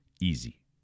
easy